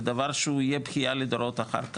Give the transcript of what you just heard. דבר שיהיה בכייה לדורות אחר כך,